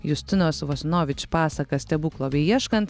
justinos vasnovič pasaką stebuklo beieškant